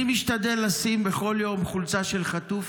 אני משתדל לשים בכל יום חולצה של חטוף,